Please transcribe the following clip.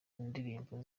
ndirimbo